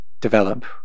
develop